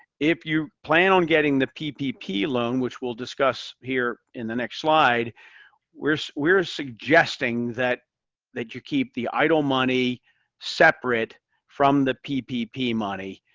if you plan on getting the ppp loan which we'll discuss here in the next slide we're so we're suggesting that that you keep the idle money separate from the ppp money.